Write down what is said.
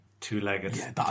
two-legged